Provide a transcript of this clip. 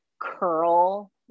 curl